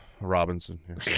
Robinson